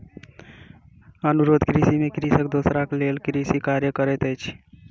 अनुबंध कृषि में कृषक दोसराक लेल कृषि कार्य करैत अछि